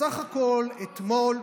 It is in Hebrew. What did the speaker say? בסך הכול, אתמול,